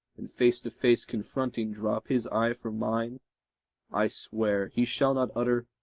and face to face confronting, drop his eyes from mine i swear he shall not utter,